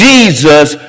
Jesus